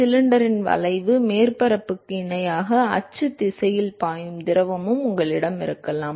சிலிண்டரின் வளைவு மேற்பரப்புக்கு இணையாக அச்சு திசையில் பாயும் திரவமும் உங்களிடம் இருக்கலாம்